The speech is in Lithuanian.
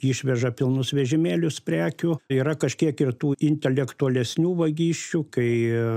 išveža pilnus vežimėlius prekių yra kažkiek ir tų intelektualesnių vagysčių kai